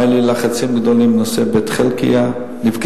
היו עלי לחצים גדולים בנושא בית-חלקיה,